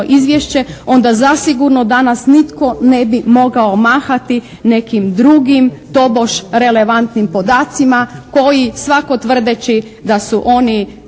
onda zasigurno danas nitko ne bi mogao mahati nekim drugim tobož relevantnim podacima koji svako tvrdeći da su oni